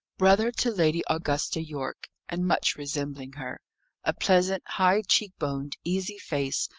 brother to lady augusta yorke, and much resembling her a pleasant, high cheek-boned, easy face,